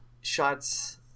shots